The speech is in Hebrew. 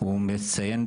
אתה לא מפריע,